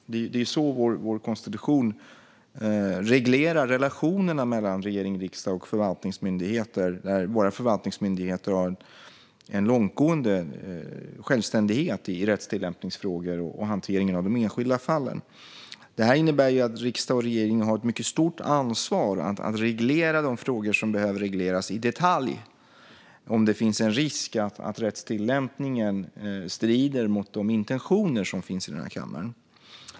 Det är så vår konstitution reglerar relationerna mellan regering, riksdag och förvaltningsmyndigheter, och där har våra förvaltningsmyndigheter en långtgående självständighet i rättstillämpningsfrågor och hantering av enskilda fall. Detta innebär att riksdag och regering har ett mycket stort ansvar för att reglera de frågor som behöver regleras i detalj, om det finns en risk att rättstillämpningen strider mot de intentioner som finns i denna kammare.